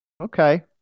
Okay